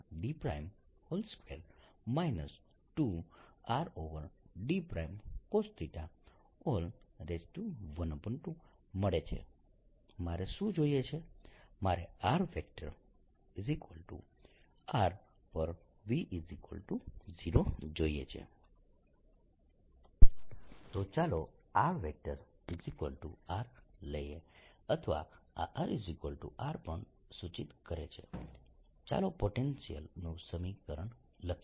v 140qr2d2 2drcosθqr2d2 2rdcosθ140qr1dr2 2drcosθ12qd1rd2 2 rdcosθ12 તો ચાલો rR લઈએ અથવા આ rR પણ સૂચિત કરે છે ચાલો પોટેન્શિયલનું સમીકરણ લખીએ